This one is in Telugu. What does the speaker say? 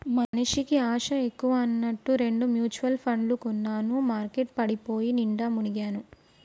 మనిషికి ఆశ ఎక్కువ అన్నట్టు రెండు మ్యుచువల్ పండ్లు కొన్నాను మార్కెట్ పడిపోయి నిండా మునిగాను